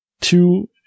two